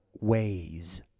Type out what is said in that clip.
ways